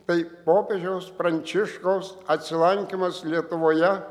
tai popiežiaus prančiškaus atsilankymas lietuvoje